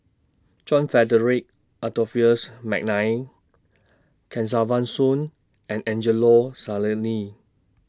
John Frederick Adolphus Mcnair Kesavan Soon and Angelo Sanelli